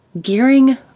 gearing